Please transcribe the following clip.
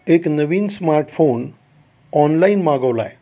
एक नवीन smartphone online मागवला आहे